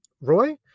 Roy